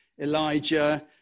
Elijah